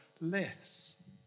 less